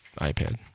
iPad